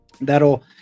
that'll